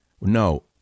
No